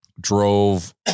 drove